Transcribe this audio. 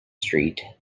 street